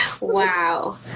Wow